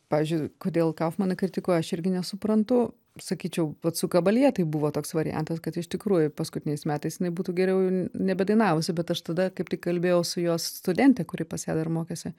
pavyzdžiui kodėl kaufmaną kritikuoja aš irgi nesuprantu sakyčiau vat su kabalje tai buvo toks variantas kad iš tikrųjų paskutiniais metais jinai būtų geriau nebedainavusi bet aš tada kaip tik kalbėjau su jos studente kuri pas ją dar mokėsi